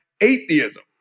atheism